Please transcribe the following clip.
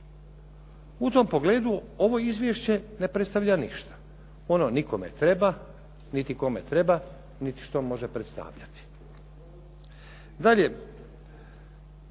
U tom pogledu ovo izvješće ne predstavlja ništa. Ono nikome treba, niti kome treba, niti što može predstavljati.